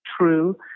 true